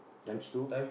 times two